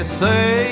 say